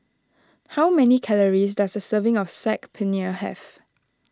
how many calories does a serving of Saag Paneer have